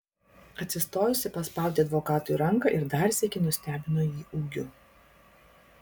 atsistojusi paspaudė advokatui ranką ir dar sykį nustebino jį ūgiu